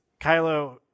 Kylo